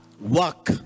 work